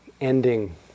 ending